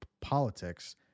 politics